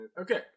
Okay